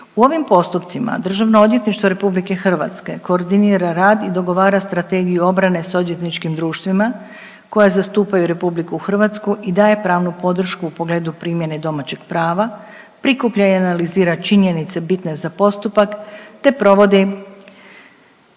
U ovim postupcima Državno odvjetništvo RH koordinira rad i dogovara strategiju obrane s odvjetničkim društvima koja zastupaju RH i daje pravnu podršku u pogledu primjene domaćeg prava, prikuplja i analizira činjenice bitne za postupak, te provodi,